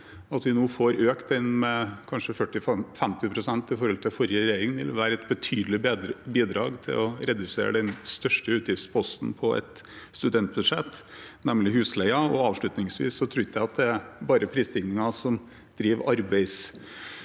At vi nå får økt den med kanskje 40–50 pst. i forhold til forrige regjering, vil være et betydelig bidrag til å redusere den største utgiftsposten på et studentbudsjett, nemlig husleien. Avslutningsvis vil jeg si at jeg tror ikke at det bare er prisstigningen som driver arbeidsevnen